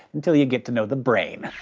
until you get to know the brain.